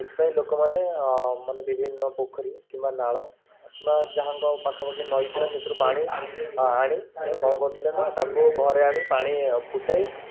ସେଥିପାଇଁ ଲୋକମାନେ ବିଭିନ୍ନ ପୋଖରୀ କିମ୍ବା ନାଳ ବା ଯାହାଙ୍କ ପାଖାପାଖି ନଈ ଥିବ ସେଥିରୁ ପାଣି ଆଣି ତା'କୁ କ'ଣ କରୁଥିଲେ ନା ତାକୁ ଘରେ ଆଣି ପାଣି ଫୁଟେଇ